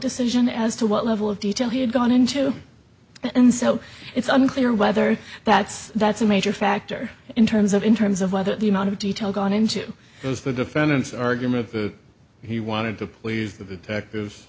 decision as to what level of detail he had gone into and so it's unclear whether that's that's a major factor in terms of in terms of whether the amount of detail gone into the defendant's argument he wanted to leave the